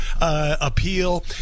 appeal